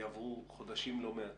יעברו חודשים לא מעטים.